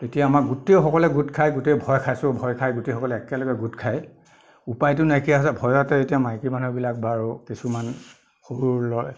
এতিয়া আমাক গোটেইসকলে গোট খাই গোটেই ভয় খাইছোঁ ভয় খাই গোটেইসকলে একেলগে গোট খাই উপায়তো নাইকিয়া হৈছে ভয়তে এতিয়া মাইকী মানুহবিলাক বাৰু কিছুমান সৰু সৰু লই